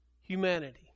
humanity